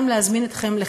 ב.